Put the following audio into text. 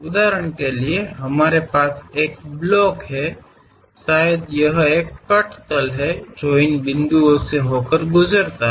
उदाहरण के लिए हमारे पास एक ब्लॉक है शायद यह एक कट तल है जो इन बिंदुओं से होकर गुजरता है